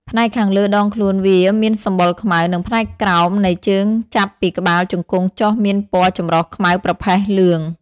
ផ្នែកខាងលើដងខ្លួនវាមានសម្បុរខ្មៅ និងផ្នែកក្រោមនៃជើងចាប់ពីក្បាលជង្គង់ចុះមានពណ៌ចម្រុះខ្មៅ ប្រផេះ លឿង។